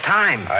time